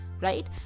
right